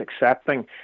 accepting